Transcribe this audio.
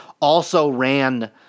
also-ran